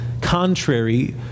contrary